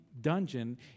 dungeon